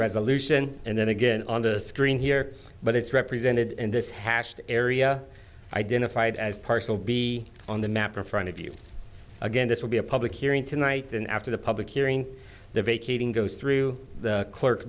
resolution and then again on the screen here but it's represented in this hashed area identified as partial be on the map or front of you again this will be a public hearing tonight then after the public hearing the vacating goes through the clerk